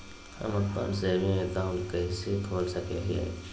हम अप्पन saving account कइसे खोल सको हियै?